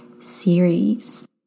series